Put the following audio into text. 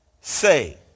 say